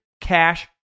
Cash